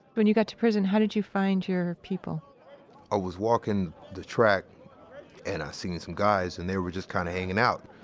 when you got to prison, how did you find your people? mesro i was walking the track and i seen some guys, and they were just kind of hanging out,